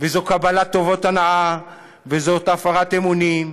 וזו קבלת טובות הנאה, וזו הפרת אמונים.